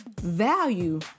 value